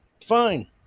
fine